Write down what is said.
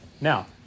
Now